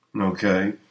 Okay